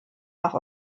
nach